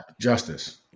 justice